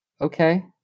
okay